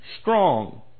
strong